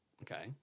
Okay